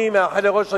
אני מאחל לראש הממשלה,